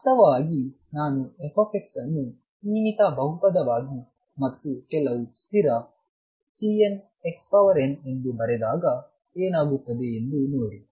ವಾಸ್ತವವಾಗಿ ನಾನು f ಅನ್ನು ಸೀಮಿತ ಬಹುಪದವಾಗಿ ಮತ್ತು ಕೆಲವು ಸ್ಥಿರ Cn xnಎಂದು ಬರೆದಾಗ ಏನಾಗುತ್ತದೆ ಎಂದು ನೋಡಿ